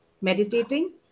meditating